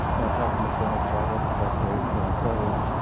and um talk to miss reynolds about what's the best way is going forward,